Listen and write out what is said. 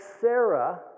Sarah